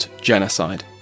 Genocide